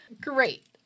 Great